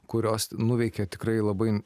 kurios nuveikė tikrai labai